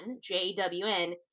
J-W-N